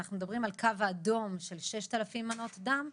ואנחנו מדברים על קו אדום של 6,000 מנות דם,